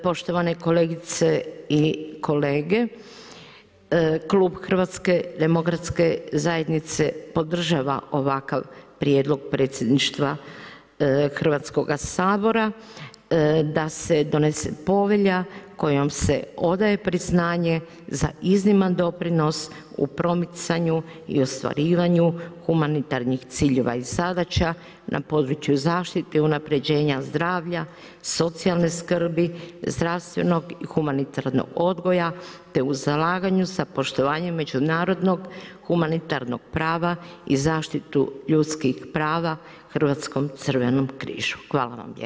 Poštovane kolegice i kolege, klub HDZ-a podržava ovakav prijedlog predsjedništva Hrvatskoga sabora da se donese Povelja kojom se odaje priznanje za izniman doprinos u promicanju i ostvarivanju humanitarnih ciljeva i zadaća na području zaštite i unapređenja zdravlja, socijalne skrbi, zdravstvenog i humanitarnog odgoja te u zalaganju sa poštovanjem međunarodnog humanitarnog prava i zaštitu ljudskih prava Hrvatskom crvenom križu Hvala vam lijepa.